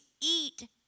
eat